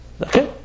Okay